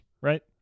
right